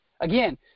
Again